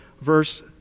verse